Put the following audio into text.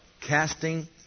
Casting